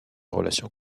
relation